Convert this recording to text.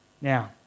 Now